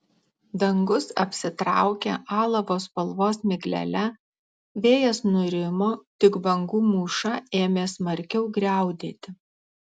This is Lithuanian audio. dangus apsitraukė alavo spalvos miglele vėjas nurimo tik bangų mūša ėmė smarkiau griaudėti